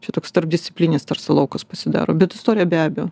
šitoks tarpdisciplininis tarsi laukas pasidaro bet istorija be abejo